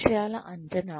లక్ష్యాల అంచనా